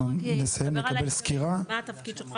אנחנו נסיים לקבל סקירה --- מה התפקיד שלך